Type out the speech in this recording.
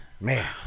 Man